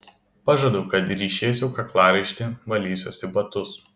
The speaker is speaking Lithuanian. pažadu kad ryšėsiu kaklaraištį valysiuosi batus